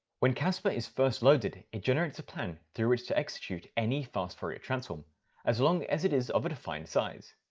when casper is first loaded, it generates a plan through which to execute any fast fourier transform as long as it is of a defined size.